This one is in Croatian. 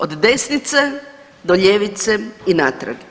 Od desnice do ljevice i natrag.